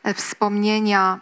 wspomnienia